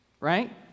Right